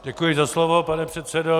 Děkuji za slovo, pane předsedo.